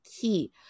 key